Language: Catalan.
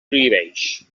prohibeix